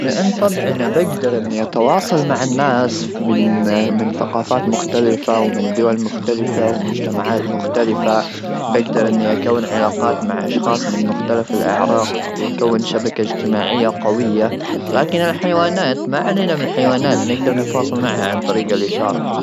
لان طبعنا بقدر اني اتواصل مع الناس من ثقافات مختلفه ومن دول مختلفه ومجتمعات مختلفه بقدر اني اكون علاقات مع اشخاص من مختلف الاعراق وكون شبكه اجتماعيه قويه لكن الحيوانات ما علينا من الحيوانات نقدر نتواصل معها عن طريق الاشاره.